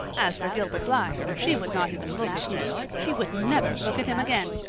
as for gilbert blythe, she would not even look at him. she would never look at him again!